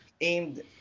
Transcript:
aimed